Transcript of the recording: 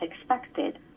expected